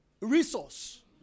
resource